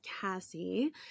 Cassie